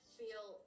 feel